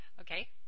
Okay